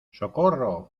socorro